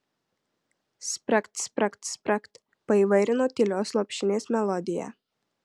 spragt spragt spragt paįvairino tylios lopšinės melodiją